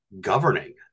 governing